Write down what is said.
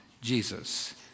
Jesus